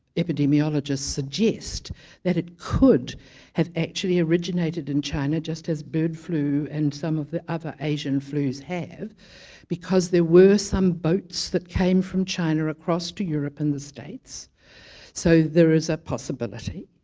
epidemiologists suggest that it could have actually originated in china just as bird flu and some of the other asian flus have because there were some boats that came from china across to europe and the states so there is a possibility